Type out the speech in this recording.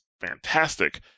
fantastic